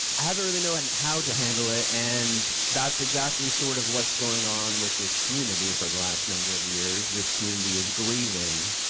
haven't really known how to handle it, and that's exactly sort of what's going on with this community for the last number of years, this community is grieving,